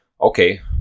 Okay